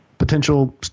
potential